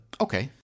okay